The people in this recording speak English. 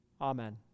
Amen